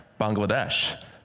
Bangladesh